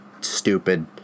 stupid